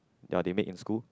ya they make in school